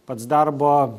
pats darbo